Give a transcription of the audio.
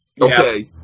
Okay